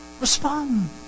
respond